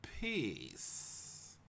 Peace